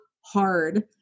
hard